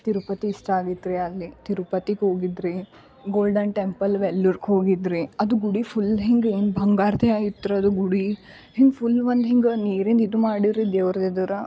ತಿರುಪತಿ ಇಷ್ಟ ಆಗಿತ್ತು ರಿ ಅಲ್ಲಿ ತಿರುಪತಿಗೆ ಹೋಗಿದ್ದು ರಿ ಗೋಲ್ಡನ್ ಟೆಂಪಲ್ ವೆಲ್ಲೂರ್ಗೆ ಹೋಗಿದ್ದು ರಿ ಅದು ಗುಡಿ ಫುಲ್ ಹೆಂಗ ಬಂಗಾರದೇ ಐತ್ರಿ ಅದು ಗುಡಿ ಹಿಂಗ ಫುಲ್ ಒಂದು ಹಿಂಗ ನೀರಿಂದು ಇದು ಮಾಡಿರೋ ರೀ ದೇವರ ಎದುರು